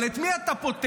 אבל את מי אתה פוטר?